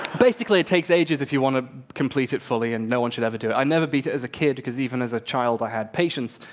basically, it takes ages if you want to complete it fully and no one should ever do it. i never beat it as a kid, because even as a child, i had patience.